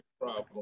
problem